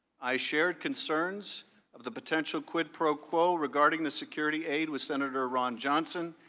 i shared concerns of the potential quid pro quo regarding the security aid with senator ron johnson.